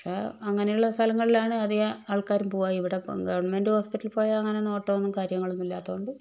പക്ഷേ അങ്ങനെയുള്ള സ്ഥലങ്ങളിലാണ് അധികം ആൾക്കാരും പോവുക ഇവിടെ ഇപ്പം ഗവൺമെൻറ് ഹോസ്പിറ്റലിൽ പോയാൽ അങ്ങനെ നോട്ടവും കാര്യങ്ങളും ഒന്നും ഇല്ലാത്തതുകൊണ്ട്